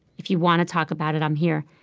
if you want to talk about it, i'm here,